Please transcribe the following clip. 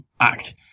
act